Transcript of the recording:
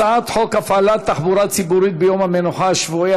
הצעת חוק הפעלת תחבורה ציבורית ביום המנוחה השבועי,